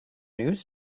news